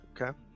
Okay